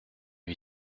lui